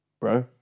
bro